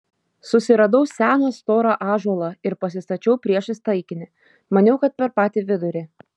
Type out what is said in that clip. susiradau seną storą ąžuolą ir pasistačiau priešais taikinį maniau kad per patį vidurį